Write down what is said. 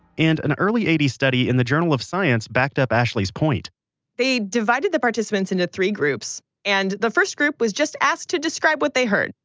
and an early eighty s study in the journal of science backed up ashley's point they divided the participants into three groups and the first group was just asked to describe what they heard.